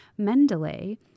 Mendeley